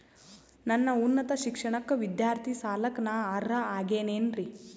ನನ್ನ ಉನ್ನತ ಶಿಕ್ಷಣಕ್ಕ ವಿದ್ಯಾರ್ಥಿ ಸಾಲಕ್ಕ ನಾ ಅರ್ಹ ಆಗೇನೇನರಿ?